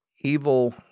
evil